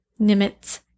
Nimitz